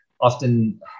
often